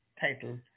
title